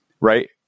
right